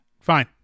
Fine